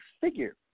figure